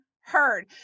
heard